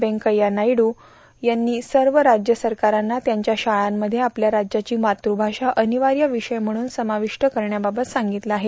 वेंकथ्या नायडू यांनी सर्व राज्य सरकारांना त्यांच्या शाळांमध्ये आपल्या राज्याची मातृभाषा अनिवार्य विषय म्हणून समाविष्ट करण्याबाबत सांगितलं आहे